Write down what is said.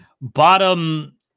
bottom